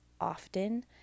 often